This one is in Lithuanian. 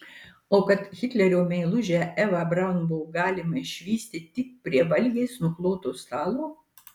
o kad hitlerio meilužę evą braun buvo galima išvysti tik prie valgiais nukloto stalo